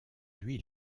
lui